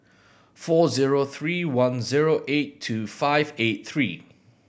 four zero three one zero eight two five eight three